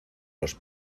los